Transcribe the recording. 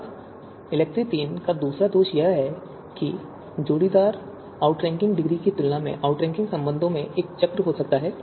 अब इलेक्ट्री III का दूसरा दोष यह है कि जोड़ीवार आउटरैंकिंग डिग्री की तुलना से आउटरैंकिंग संबंधों में चक्र हो सकता है